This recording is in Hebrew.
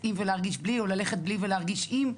עם ולהרגיש בלי או ללכת בלי ולהרגיש עם.